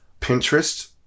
Pinterest